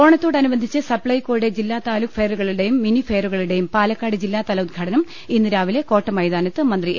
ഓണത്തോടനുബന്ധിച്ച് സപ്ലൈകോയുടെ ജില്ലാ താലൂക്ക് ഫെയറുകളുടെയും മിനി ഫെയറുകളുടെയും പാലക്കാട് ജില്ലാതല ഉദ്ഘാടനം ഇന്ന് രാവിലെ കോട്ടമൈതാനത്ത് മന്ത്രി എ